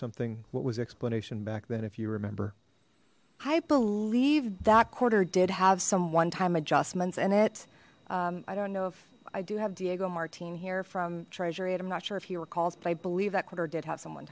something what was explanation back then if you remember i believe that quarter did have some one time adjustments in it i don't know if i do have diego martine here from treasury i'm not sure if he recalls but i believe that quarter did have some one